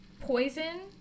poison